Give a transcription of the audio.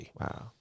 Wow